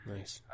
Nice